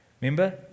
Remember